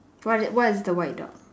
what is what is the white dog